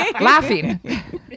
Laughing